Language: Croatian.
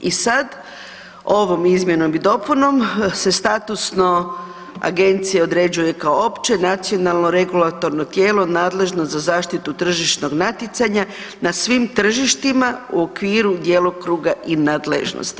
I sad ovom izmjenom i dopunom se statusno agencija određuje kao opće, nacionalno, regulatorno tijelo nadležno za zaštitu tržišnog natjecanja na svim tržištima u okviru djelokruga i nadležnosti.